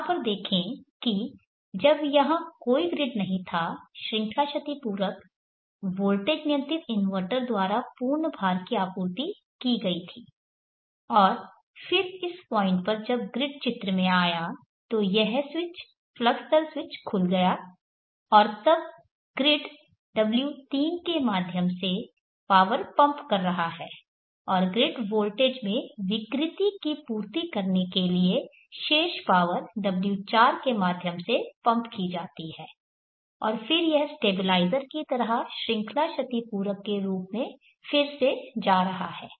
यहाँ पर देखें कि जब यहाँ कोई ग्रिड नहीं था श्रृंखला क्षतिपूरक वोल्टेज नियंत्रित इन्वर्टर द्वारा पूर्ण भार की आपूर्ति की गई थी और फिर इस पॉइंट पर जब ग्रिड चित्र में आया तो यह स्विच फ्लक्स दर स्विच खुल गया और तब ग्रिड W3 के माध्यम से पावर पंप कर रहा है और ग्रिड वोल्टेज में विकृति की पूर्ति करने के लिए शेष पावर W4 के माध्यम से पंप की जाती है और फिर यह स्टेबलाइजर की तरह श्रृंखला क्षतिपूरक के रूप में फिर से जा रहा है